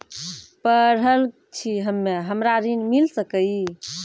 पढल छी हम्मे हमरा ऋण मिल सकई?